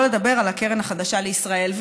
שלא לדבר על הקרן החדשה לישראל.